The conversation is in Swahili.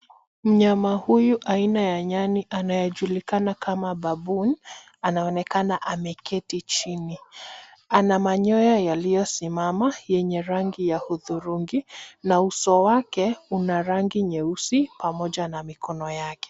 Mnyama huyu aina ya nyani anayejulikana kama baboon anaonekana ameketi chini. Ana manyoya yaliyosimama yenye rangi ya hudhurungi na uso wake una rangi nyeusi pamoja na mikono yake.